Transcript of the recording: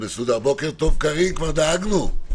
בוקר טוב, קארין, כבר דאגנו.